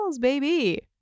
baby